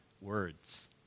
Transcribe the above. words